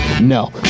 No